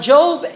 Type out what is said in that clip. Job